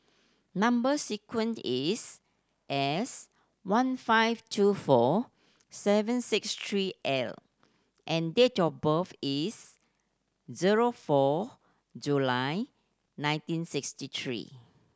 number sequence is S one five two four seven six three L and date of birth is zero four July nineteen sixty three